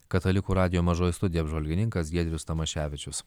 katalikų radijo mažoji studija apžvalgininkas giedrius tamaševičius